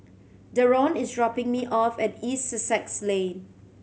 Deron is dropping me off at East Sussex Lane